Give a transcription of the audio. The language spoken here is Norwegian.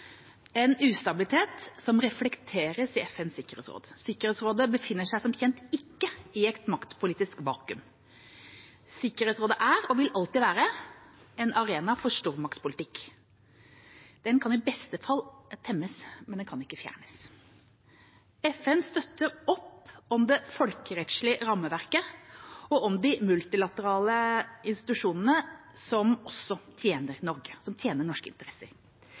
en ustabilitet som også reflekteres i FNs sikkerhetsråd. Sikkerhetsrådet befinner seg som kjent ikke i et maktpolitisk vakuum. Sikkerhetsrådet er – og vil alltid være – en arena for stormaktspolitikk. Den kan i beste fall temmes, men den kan ikke fjernes. FN støtter opp om det folkerettslige rammeverket og om de multilaterale institusjoner som også tjener Norge, som tjener norske interesser.